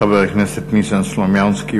חבר הכנסת ניסן סלומינסקי,